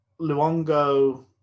luongo